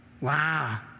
Wow